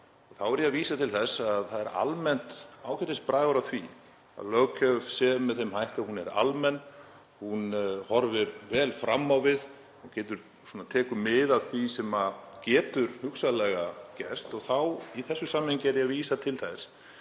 Þá er ég að vísa til þess að það er almennt ágætisbragur á því að löggjöf sé með þeim hætti að hún er almenn, hún horfir vel fram á við og tekur mið af því sem getur hugsanlega gerst. Í þessu samhengi er ég að vísa til þess